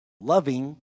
loving